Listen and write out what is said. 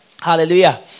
hallelujah